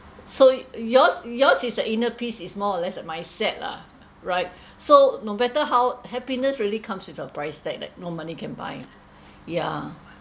so yours yours is an inner peace it's more or less a mindset lah right so no matter how happiness really comes with a price tag like no money can buy lah yeah